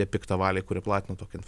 tie piktavaliai kuri platina tokią